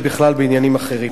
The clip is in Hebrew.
ובכלל בעניינים אחרים.